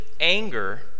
anger